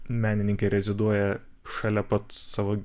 menininkė reziduoja šalia pat savo